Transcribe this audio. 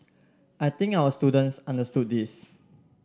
I think our students understood this